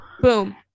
Boom